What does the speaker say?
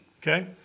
Okay